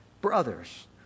brothers